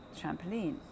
trampoline